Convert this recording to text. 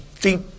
deep